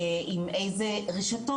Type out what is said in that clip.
עם איזה רשתות,